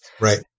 Right